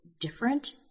different